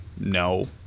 No